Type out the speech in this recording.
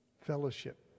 Fellowship